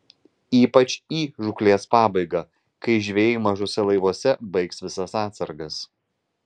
ypač į žūklės pabaigą kai žvejai mažuose laivuose baigs visas atsargas